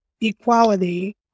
equality